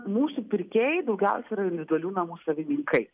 mūsų pirkėjai daugiausia yra individualių namų savininkai